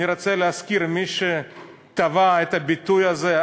אני רוצה להזכיר שמי שטבע את הביטוי הזה,